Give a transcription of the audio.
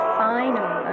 final